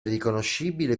riconoscibile